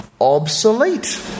obsolete